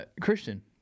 Christian